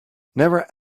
never